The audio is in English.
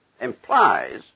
implies